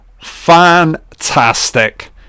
fantastic